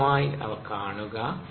സ്വന്തമായി അവയെ കാണുക